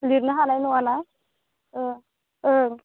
लिरनो हानाय नङाना ओं